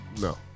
No